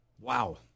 Wow